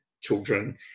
children